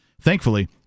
Thankfully